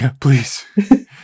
please